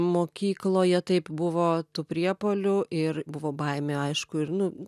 mokykloje taip buvo tų priepuolių ir buvo baimė aišku ir nu